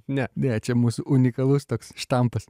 ne ne čia mūsų unikalus toks štampas